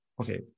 Okay